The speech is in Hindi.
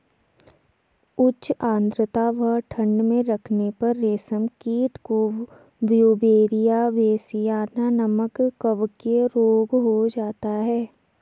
उच्च आद्रता व ठंड में रखने पर रेशम कीट को ब्यूवेरिया बेसियाना नमक कवकीय रोग हो जाता है